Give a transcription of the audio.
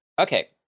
Okay